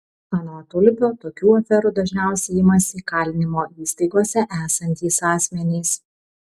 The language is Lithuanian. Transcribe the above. anot ulpio tokių aferų dažniausiai imasi įkalinimo įstaigose esantys asmenys